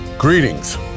Greetings